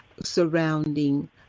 surrounding